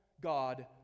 God